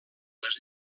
les